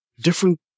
different